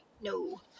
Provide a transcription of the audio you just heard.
No